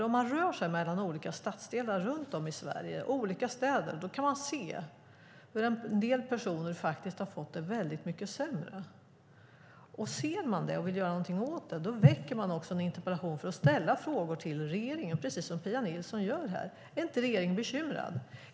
Om man rör sig mellan olika stadsdelar och olika städer runt om i Sverige kan man se hur en del personer faktiskt har fått det mycket sämre. Ser man det och vill göra någonting åt det, då ställer man en interpellation med frågor till regeringen, precis som Pia Nilsson gör här: Är inte regeringen bekymrad?